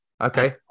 Okay